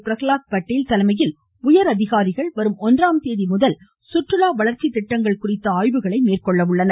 பிரகலாத் பட்டேல் தலைமையில் உயர் அதிகாரிகள் வரும் ஒன்றாம் தேதி முதல் சுற்றுலா வளர்ச்சி திட்டங்கள் குறித்து ஆய்வு செய்ய உள்ளனர்